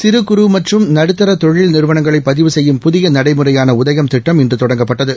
சிறு குறு மற்றம் நடுத்தரதொழில் நிறுவனங்களைபதிவு செய்யும் புதியநடைமுறையானஉதயம் திட்டம் இன்றுதொடங்கப்பட்டது